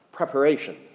Preparation